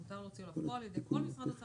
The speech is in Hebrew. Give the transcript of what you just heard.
ומותר להוציאו לפועל על ידי כל משרד הוצאה